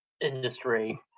industry